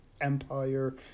Empire